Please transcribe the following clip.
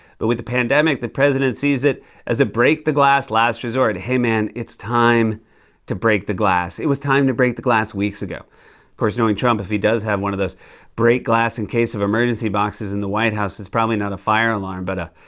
but with the pandemic, the president sees it as a break the glass last resort. hey, man. it's time to break the glass. it was time to break the glass weeks ago. of course, knowing trump, if he does have one of those break glass in case of emergency boxes in the white house, it's probably not a fire alarm, but,